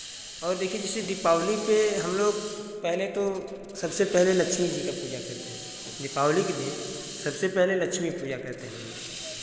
और देखिए जैसे दीपावली पे हम लोग पहले तो सबसे पहले लक्ष्मी जी का पूजा करते हैं दीपावली के दिन सबसे पहले लक्ष्मी पूजा करते हम लोग